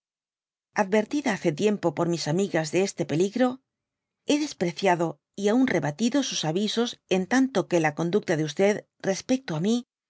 adtértida hace tiempo por mis amigas de este peligro y hé despreciado y aun rebatido sus avisos en tanto que la conducta de irespecto á m